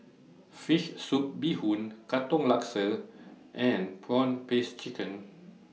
Fish Soup Bee Hoon Katong Laksa and Prawn Paste Chicken